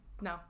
No